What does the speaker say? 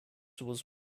was